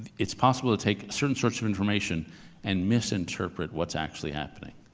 it's possible to take certain sorts of information and misinterpret what's actually happening.